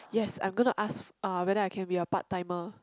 yes I'm going to ask uh whether I can be a part timer